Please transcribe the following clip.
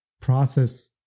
process